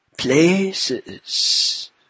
Places